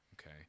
okay